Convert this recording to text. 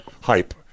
hype